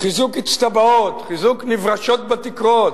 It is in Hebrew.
חיזוק אצטבאות, חיזוק נברשות בתקרות,